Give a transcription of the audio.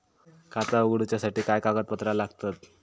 खाता उगडूच्यासाठी काय कागदपत्रा लागतत?